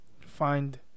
find